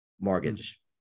mortgage